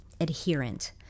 adherent